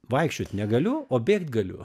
vaikščiot negaliu o bėgt galiu